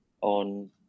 on